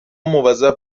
موظف